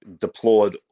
deplored